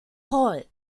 hall